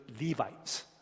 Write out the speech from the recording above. Levites